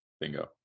bingo